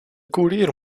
koerier